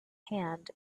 hand